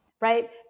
Right